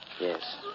Yes